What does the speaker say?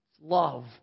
Love